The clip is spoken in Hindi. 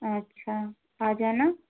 अच्छा आ जाना